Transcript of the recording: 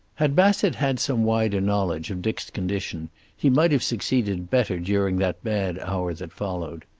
had bassett had some wider knowledge of dick's condition he might have succeeded better during that bad hour that followed.